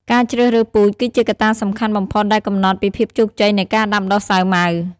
ការជ្រើសរើសពូជគឺជាកត្តាសំខាន់បំផុតដែលកំណត់ពីភាពជោគជ័យនៃការដាំដុះសាវម៉ាវ។